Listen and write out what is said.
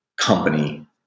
company